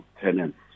tenants